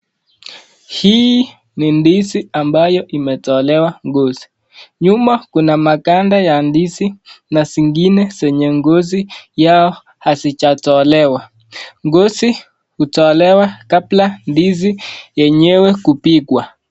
Hii ni ndizi ambayo imetolewa ngozi nyuma kuna maganda ya ndizi na zingine zenye ngozi yao hazijatolewa , ngozi hutolewa kabla ya ndizi yenyewe kupikwa.